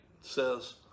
says